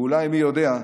ואולי, מי יודע,